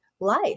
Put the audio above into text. life